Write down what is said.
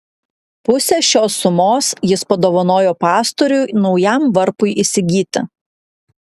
pusę šios sumos jis padovanojo pastoriui naujam varpui įsigyti